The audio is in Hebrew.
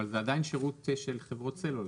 אבל זה עדיין שירות של חברות סלולר,